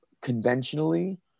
conventionally